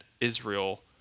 Israel